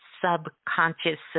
subconscious